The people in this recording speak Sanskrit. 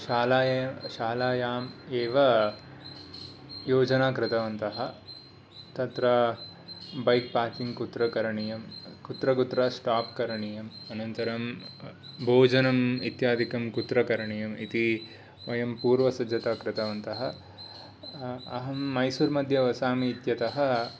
शालाय शालायाम् एव योजना कृतवन्तः तत्र बैक् पार्किङ् कुत्र करणीयं कुत्र कुत्र स्टाप् करणीयम् अनन्तरं भोजनम् इत्यादिकं कुत्र करणीयम् इति वयं पूर्वसज्जतां कृतवन्तः अहं मैसूर् मध्ये वसामी इत्यतः